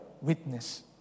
witness